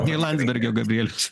nei landsbergio gabrieliaus